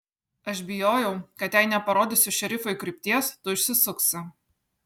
aš bijojau kad jei neparodysiu šerifui krypties tu išsisuksi